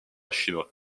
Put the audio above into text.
chinois